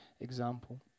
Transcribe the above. example